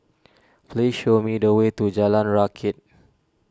please show me the way to Jalan Rakit